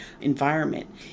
environment